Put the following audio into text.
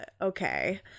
okay